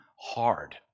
hard